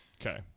Okay